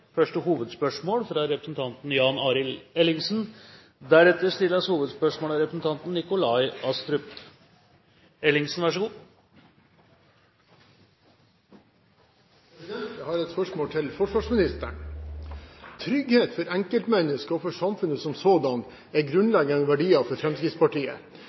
første hovedspørsmål, fra representanten Jan Arild Ellingsen. Jeg har et spørsmål til forsvarsministeren. Trygghet for enkeltmennesket og for samfunnet som sådant er grunnleggende verdier for Fremskrittspartiet.